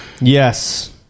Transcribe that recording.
Yes